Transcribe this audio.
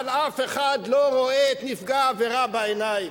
אבל אף אחד לא רואה את נפגע העבירה בעיניים.